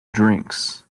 drinks